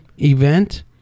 event